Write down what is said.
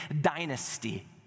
dynasty